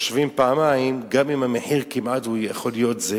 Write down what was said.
חושבים פעמיים, גם אם המחיר כמעט יכול להיות זהה